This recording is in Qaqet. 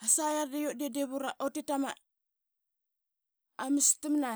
qasaiar deut de dip utitamas mastamna.